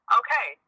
okay